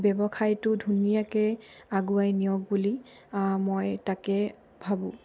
ব্যৱসায়টো ধুনীয়াকৈ আগুৱাই নিয়ক বুলি মই তাকে ভাবোঁ